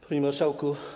Panie Marszałku!